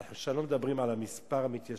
אנחנו לא מדברים עכשיו על מספר המתיישבים,